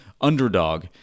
underdog